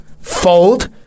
fold